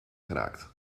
geraakt